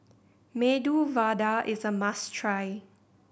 Medu Vada is a must try